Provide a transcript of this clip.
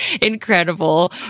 incredible